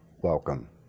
welcome